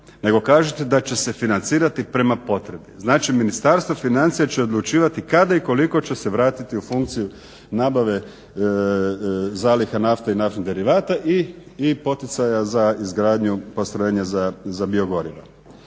nego kažete da će se financirati prema potrebi. Znači Ministarstvo financija će odlučivati kada i koliko će se vratiti u funkciju nabave zaliha nafte i naftnih derivata i poticaja za izgradnju postrojenja za biogoriva.